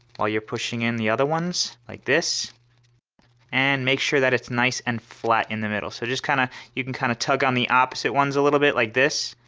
while you're pushing in the other ones like this and make sure that it's nice and flat in the middle. so kind of you can kind of tug on the opposite ones a little bit like this,